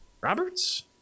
Roberts